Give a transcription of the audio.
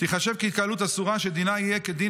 תיחשב כהתקהלות אסורה שדינה יהיה כדין